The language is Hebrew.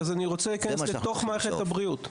אני רוצה להיכנס למערכת הבריאות.